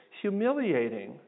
humiliating